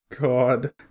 God